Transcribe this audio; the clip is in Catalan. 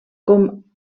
com